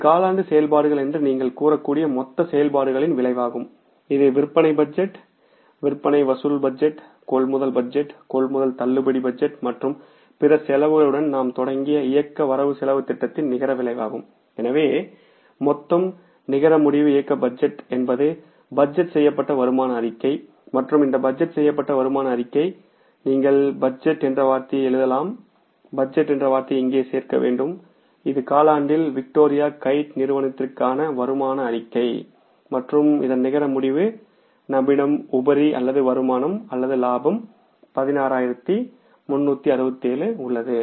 இது காலாண்டு செயல்பாடுகள் என்று நீங்கள் கூறக்கூடிய மொத்த செயல்பாடுகளின் விளைவாகும் இது விற்பனை பட்ஜெட் விற்பனை வசூல் பட்ஜெட் கொள்முதல் பட்ஜெட் கொள்முதல் தள்ளுபடி மற்றும் பிற செலவுகளுடன் நாம் தொடங்கிய இயக்க வரவு செலவுத் திட்டத்தின் நிகர விளைவாகும் எனவே மொத்தம் நிகர முடிவு இயக்க பட்ஜெட் என்பது பட்ஜெட் செய்யப்பட்ட வருமான அறிக்கை மற்றும் இந்த பட்ஜெட் செய்யப்பட்ட வருமான அறிக்கை நீங்கள் பட்ஜெட் என்ற வார்த்தையை எழுதலாம் பட்ஜெட் என்ற வார்த்தையை இங்கே சேர்க்க வேண்டும் இது காலாண்டில் விக்டோரியா கைட் நிறுவனத்திற்கான வருமான அறிக்கை மற்றும் இதன் நிகர முடிவு நம்மிடம் உபரி அல்லது வருமானம் அல்லது லாபம் 16367 உள்ளது